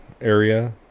area